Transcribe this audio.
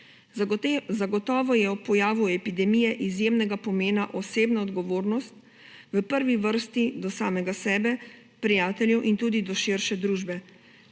Zagotovo je ob pojavu epidemije izjemnega pomena osebna odgovornost, v prvi vrsti do samega sebe, prijateljev in tudi do širše družbe.